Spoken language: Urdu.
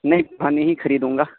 نہیں فن ہی خریدوں گا